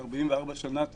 44 שנה,